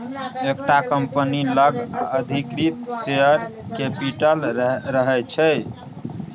एकटा कंपनी लग अधिकृत शेयर कैपिटल रहय छै